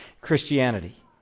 Christianity